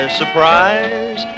surprise